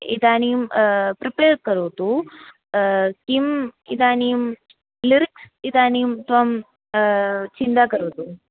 इदानीं प्रिपेर् करोतु किम् इदानीं लिरिक्स् इदानीं त्वं चिन्तां करोतु